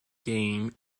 game